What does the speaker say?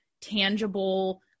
tangible